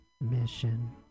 mission